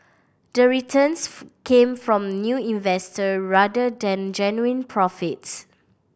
the returns came from new investor rather than genuine profits